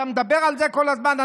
אתה מדבר על זה כל הזמן.